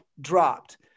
dropped